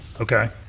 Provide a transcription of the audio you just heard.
Okay